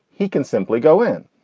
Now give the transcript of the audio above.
he can simply go in.